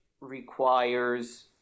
requires